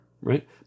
right